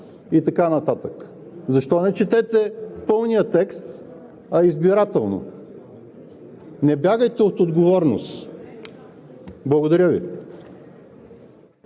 и така нататък. Защо не четете пълния текст, а избирателно? Не бягайте от отговорност. Благодаря Ви.